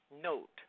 note